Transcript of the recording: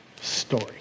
story